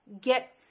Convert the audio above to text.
get